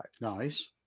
Nice